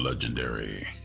Legendary